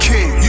King